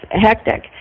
hectic